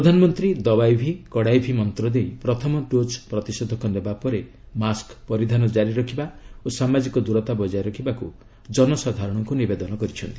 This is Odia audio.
ପ୍ରଧାନମନ୍ତ୍ରୀ ଦବାଇ ଭି କଡ଼ାଇ ଭି ମନ୍ତ୍ର ଦେଇ ପ୍ରଥମ ଡୋକ୍ ପ୍ରତିଷେଧକ ନେବା ପରେ ମାସ୍କ ପରିଧାନ କ୍ଷାରି ରଖିବା ଓ ସାମାଜିକ ଦୂରତା ବଜାୟ ରଖିବାକୁ ଜନସାଧାରଣଙ୍କୁ ନିବେଦନ କରିଛନ୍ତି